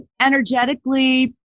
energetically